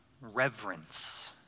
reverence